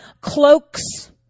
cloaks